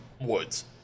woods